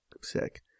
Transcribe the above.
sick